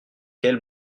quel